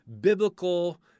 biblical